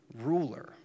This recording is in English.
ruler